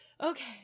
Okay